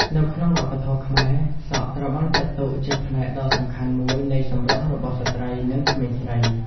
នៅក្នុងវប្បធម៌ខ្មែរ សក់ត្រូវបានចាត់ទុកជាផ្នែកដ៏សំខាន់មួយនៃសម្រស់របស់ស្ត្រី និងក្មេងស្រី។